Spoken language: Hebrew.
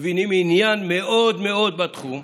מבינים עניין מאוד מאוד בתחום,